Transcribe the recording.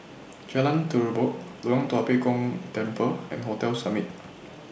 Jalan Terubok Loyang Tua Pek Kong Temple and Hotel Summit